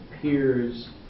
peers